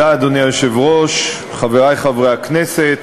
אדוני היושב-ראש, תודה, חברי חברי הכנסת,